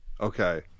Okay